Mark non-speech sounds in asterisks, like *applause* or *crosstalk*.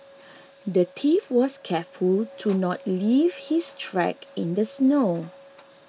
*noise* the thief was careful to not leave his tracks in the snow